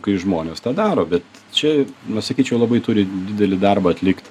kai žmonės tą daro bet čia va sakyčiau labai turi didelį darbą atlikt